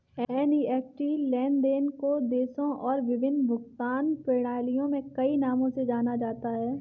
NEFT लेन देन को देशों और विभिन्न भुगतान प्रणालियों में कई नामों से जाना जाता है